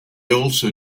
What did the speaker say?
also